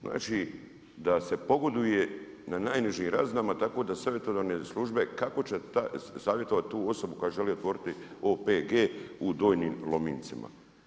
Znači da se pogoduje na najnižim razinama tako da savjetodavne službe kako će savjetovati tu osobu koja želi otvoriti OPG u Donjim Lomincima.